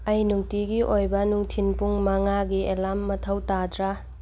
ꯑꯩ ꯅꯨꯡꯇꯤꯒꯤ ꯑꯣꯏꯕ ꯅꯨꯡꯊꯤꯟ ꯄꯨꯡ ꯃꯉꯥꯒꯤ ꯑꯦꯂꯥꯔꯝ ꯃꯊꯧ ꯇꯥꯗ꯭ꯔꯥ